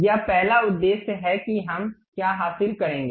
यह पहला उद्देश्य है कि हम क्या हासिल करेंगे